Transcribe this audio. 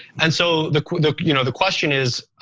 and so the you know the question is,